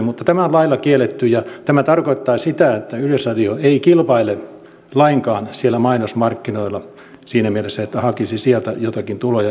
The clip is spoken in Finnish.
mutta tämä on lailla kielletty ja tämä tarkoittaa sitä että yleisradio ei kilpaile lainkaan siellä mainosmarkkinoilla siinä mielessä että hakisi sieltä joitakin tuloja itselleen